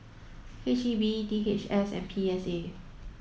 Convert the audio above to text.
H E B D H S and P S A